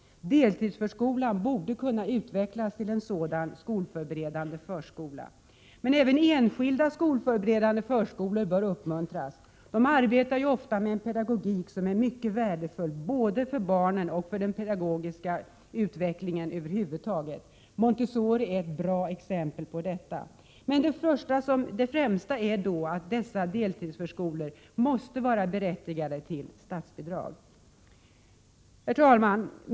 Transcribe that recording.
Deltidsförskolan borde kunna utvecklas till en sådan skolförberedande förskola. Även enskilda skolförberedande förskolor bör uppmuntras. De arbetar ofta med en pedagogik som är mycket värdefull både för barnen och för den pedagogiska utvecklingen över huvud taget. Montessori är ett bra exempel på detta. Det främsta är då att dessa deltidsförskolor måste vara berättigade till statsbidrag. Herr talman!